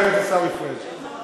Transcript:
חבר הכנסת עיסאווי פריג'.